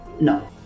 No